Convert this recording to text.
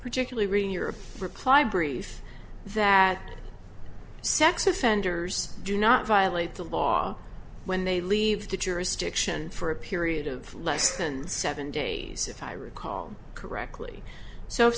particularly reading your reply brief that sex offenders do not violate the law when they leave the jurisdiction for a period of less than seven days if i recall correctly so if